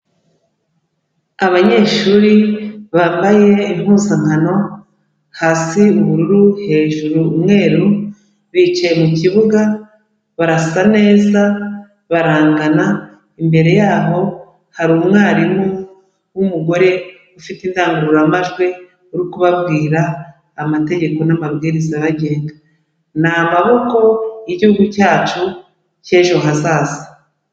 Abanyeshuri bambaye impuzankano; hasi ubururu, hejuru umweru bicaye mu kibuga, barasa neza, barangana, imbere yaho, hari umwarimu w'umugore, ufite idangururamajwi, uri kubabwira amategeko n'amabwiriza abagenga, ni amaboko y'igihugu cyacu cyejo hazaza.